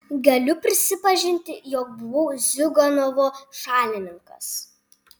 galiu prisipažinti jog buvau ziuganovo šalininkas